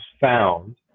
found